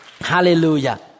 Hallelujah